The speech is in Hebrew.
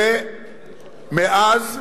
ומאז,